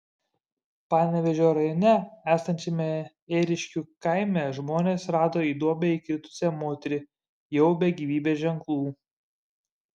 panevėžio rajone esančiame ėriškių kaime žmonės rado į duobę įkritusią moterį jau be gyvybės ženklų